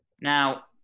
Now